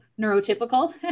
neurotypical